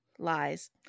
Lies